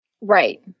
Right